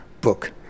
book